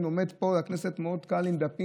עומד פה בכנסת עם דפים,